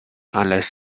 unless